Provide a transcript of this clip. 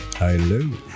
Hello